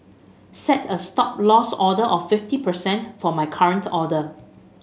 set a Stop Loss order of fifty percent for my current order